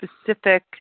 specific